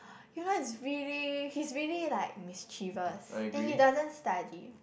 you know it's really he's really like mischievous and he doesn't study